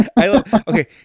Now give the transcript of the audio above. Okay